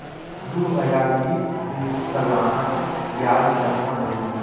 दू हजार बीस के सालाना ब्याज कतना बनिस?